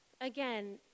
Again